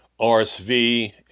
RSV